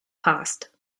passed